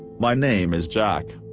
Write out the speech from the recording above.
my name is jack.